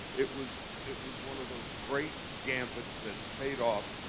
it was it was one of those great gambits that paid off.